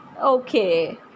Okay